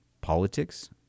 politics